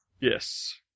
Yes